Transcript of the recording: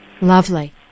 Lovely